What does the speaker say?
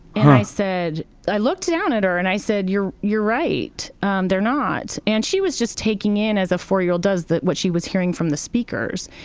and i said i looked down at her. and i said, you're you're right. and they're not. and she was just taking in, as a four year old does, what she was hearing from the speakers.